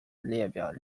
列表